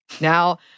Now